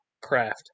craft